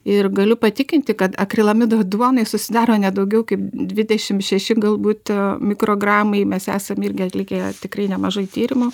ir galiu patikinti kad akrilamido duonoj susidaro ne daugiau kaip dvidešim šeši galbūt mikrogramai mes esam irgi atlikę tikrai nemažai tyrimų